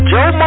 Joe